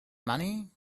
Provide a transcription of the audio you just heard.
money